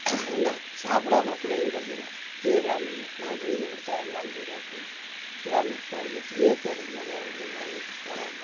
ஏன்டா சாப்பிடாம பிள்ளைங்க கிடந்துரும் இது இல்லாமல் போய்விடுதுங்க நான் விபூதி கொடுத்தா எல்லாம் சரியாக போகும் எல்லாம் இப்போது எத்தனையோ பேர் நிறைய வந்து வாங்கிகிட்டு போகிறாங்க